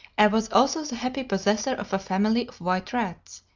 i was also the happy possessor of a family of white rats,